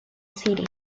city